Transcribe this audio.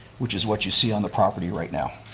which is what you see on the property right now.